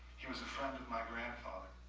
he was a friend of my grandfather.